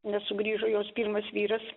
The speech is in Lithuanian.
nes sugrįžo jos pirmas vyras